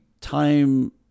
time